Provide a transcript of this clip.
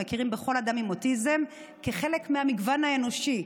המכירים בכל אדם עם אוטיזם כחלק מהמגוון האנושי.